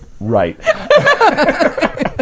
right